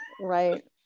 right